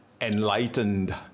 enlightened